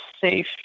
safe